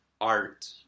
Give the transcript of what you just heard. art